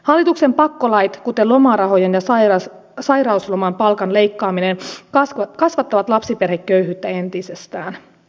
hallituksen pakkolait kuten lomarahojen ja sairauslomapalkan leikkaaminen kasvattavat lapsiperheköyhyyttä entisestään